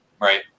right